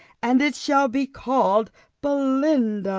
and it shall be called belinda.